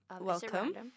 Welcome